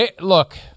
Look